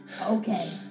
Okay